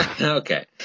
Okay